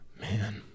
man